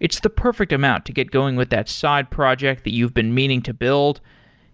it's the perfect amount to get going with that side project that you've been meaning to build